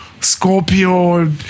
Scorpio